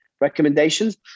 recommendations